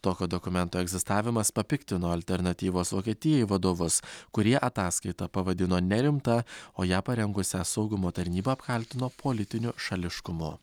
tokio dokumento egzistavimas papiktino alternatyvos vokietijai vadovus kurie ataskaitą pavadino nerimta o ją parengusią saugumo tarnybą apkaltino politiniu šališkumu